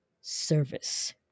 service